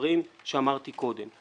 בדברים שאמרתי קודם.